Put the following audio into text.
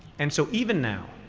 and so even now,